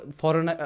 foreign